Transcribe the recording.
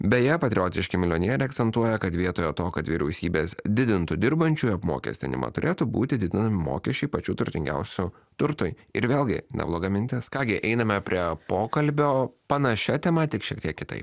beje patriotiški milijonieriai akcentuoja kad vietoje to kad vyriausybės didintų dirbančiųjų apmokestinimą turėtų būti didinami mokesčiai pačių turtingiausių turtui ir vėlgi nebloga mintis ką gi einame prie pokalbio panašia tema tik šiek tiek kitai